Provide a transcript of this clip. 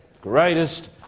Greatest